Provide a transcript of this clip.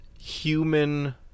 human